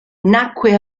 nacque